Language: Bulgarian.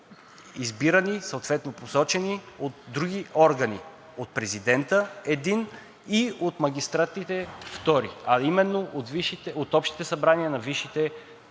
избирани – съответно посочени, от други органи – от президента един и от магистратите – втори, а именно от общите събрания на висшите